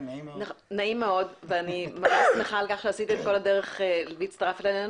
אני ממש שמחה על כך שעשית את כל הדרך והצטרפת אלינו